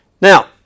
Now